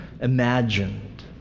imagined